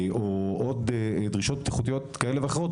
או עוד דרישות בטיחותיות כאלו ואחרות,